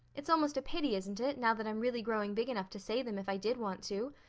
it's almost a pity, isn't it, now that i'm really growing big enough to say them if i did want to.